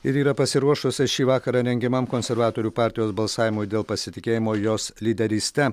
ir yra pasiruošus šį vakarą rengiamam konservatorių partijos balsavimui dėl pasitikėjimo jos lyderyste